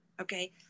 okay